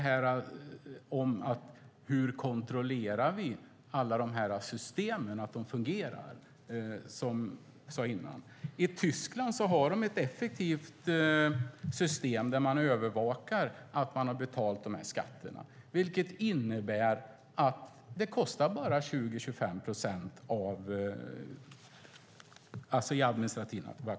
Hur kontrollerar vi att alla systemen fungerar? Ja, i Tyskland har man ett effektivt system för övervakning av att de här skatterna är betalda. Den administrativa kostnaden utgör bara 20-25 procent i sammanhanget.